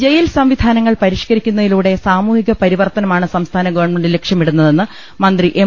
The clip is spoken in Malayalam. ജയിൽ സംവിധാനങ്ങൾ പരിഷ്ക്കരിക്കുന്നതിലൂടെ സാമൂഹിക പരിവർത്തനമാണ് സംസ്ഥാന ഗവൺമെന്റ് ലക്ഷ്യമിടുന്നതെന്ന് മന്ത്രി എം